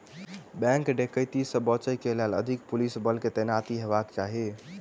bank डकैती से बचय के लेल अधिक पुलिस बल के तैनाती हेबाक चाही